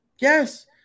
yes